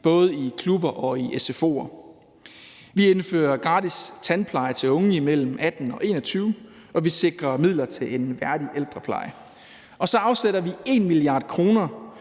både i klubber og i sfo'er. Vi indfører gratis tandpleje til unge imellem 18 og 21 år, og vi sikrer midler til en værdig ældrepleje. Og så afsætter vi 1 mia. kr.